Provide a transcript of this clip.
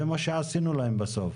זה מה שעשינו להם בסוף.